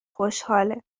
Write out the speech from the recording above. خوشحاله